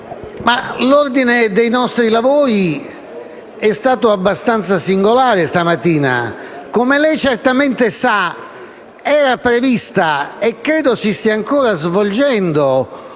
l'ordine dei nostri lavori è stato abbastanza singolare questa mattina. Come lei certamente sa, era prevista - e credo si stia ancora svolgendo